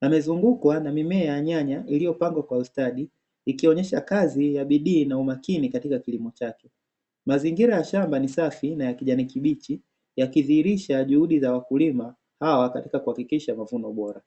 amezungukwa na mimea ya nyanya iliyopangwa kwa ustadi ikionyesha kazi ya bidii na umakini katika kilimo chake, mazingira ya shamba ni safi na ya kijani kibichi yakidhihilisha juhudi za wakulima hawa katika kuhakikisha mavuno bora.